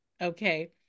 Okay